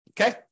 okay